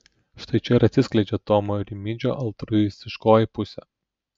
štai čia ir atsiskleidžia tomo rimydžio altruistiškoji pusė